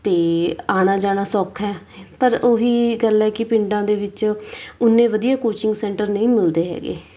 ਅਤੇ ਆਉਣਾ ਜਾਣਾ ਸੌਖਾ ਪਰ ਉਹੀ ਗੱਲ ਹੈ ਕਿ ਪਿੰਡਾਂ ਦੇ ਵਿੱਚ ਓਨੇ ਵਧੀਆ ਕੋਚਿੰਗ ਸੈਂਟਰ ਨਹੀਂ ਮਿਲਦੇ ਹੈਗੇ